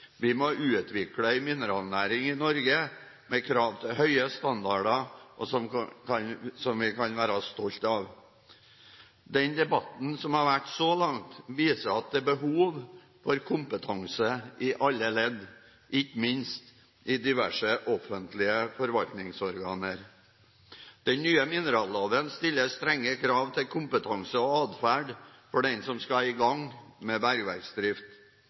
Vi må utvikle en mineralnæring i Norge med krav til høye standarder, som vi kan være stolte av. Den debatten som har vært så langt, viser at det er behov for kompetanse i alle ledd, ikke minst i diverse offentlige forvaltningsorganer. Den nye mineralloven stiller strenge krav til kompetanse og adferd for den som skal i gang med bergverksdrift.